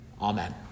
Amen